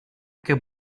que